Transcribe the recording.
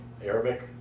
Arabic